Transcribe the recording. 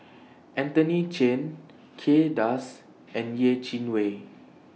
Anthony Chen Kay Das and Yeh Chi Wei